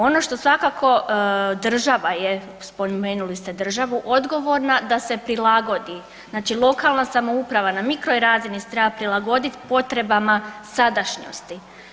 Ono što svakako država je, spomenuli ste državu, odgovorna da se prilagodi, znači lokalna samouprava na mikro razini se treba prilagodit potrebama sadašnjosti.